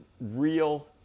real